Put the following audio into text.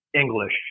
English